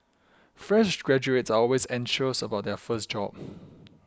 fresh graduates are always anxious about their first job